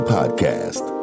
Podcast